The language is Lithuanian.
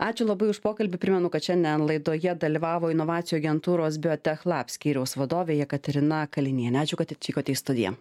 ačiū labai už pokalbį primenu kad šiandien laidoje dalyvavo inovacijų agentūros biotech lab vadovė jekaterina kalinienė ačiū kad atvykote į studiją